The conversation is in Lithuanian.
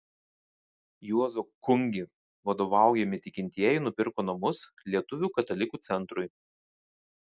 juozo kungi vadovaujami tikintieji nupirko namus lietuvių katalikų centrui